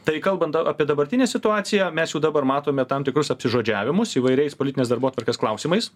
tai kalbant apie dabartinę situaciją mes jau dabar matome tam tikrus apsižodžiavimus įvairiais politinės darbotvarkės klausimais